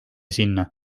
sinna